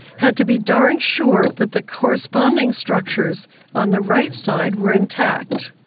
had to be darn sure that the corresponding structures on the right side were intact.